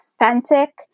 authentic